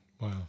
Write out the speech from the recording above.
Wow